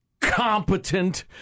competent